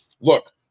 Look